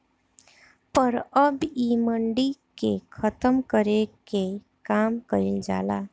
पर अब इ मंडी के खतम करे के काम कइल जाता